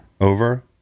over